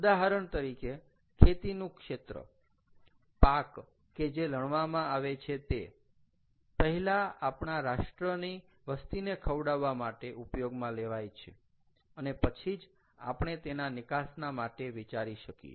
ઉદાહરણ તરીકે ખેતીનુ ક્ષેત્ર પાક કે જે લણવામાં આવે છે તે પહેલા આપણા રાષ્ટ્રની વસ્તીને ખવડાવવા માટે ઉપયોગમાં લેવાય છે અને પછી જ આપણે તેના નિકાસના માટે વિચારી શકીએ